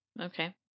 Okay